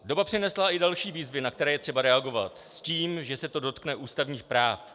Doba přinesla i další výzvy, na které je třeba reagovat, s tím, že se to dotkne ústavních práv.